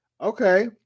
Okay